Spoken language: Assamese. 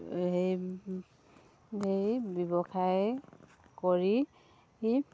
সেই সেই ব্যৱসায় কৰি